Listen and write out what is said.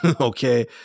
Okay